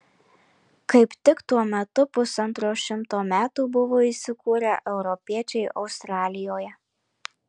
kaip tik tuo metu pusantro šimto metų buvo įsikūrę europiečiai australijoje